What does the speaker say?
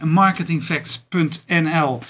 marketingfacts.nl